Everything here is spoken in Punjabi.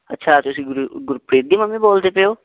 ਅੱਛਾ ਤੁਸੀਂ ਗੁਰ ਗੁਰਪ੍ਰੀਤ ਦੀ ਮੰਮੀ ਬੋਲਦੇ ਪਏ ਹੋ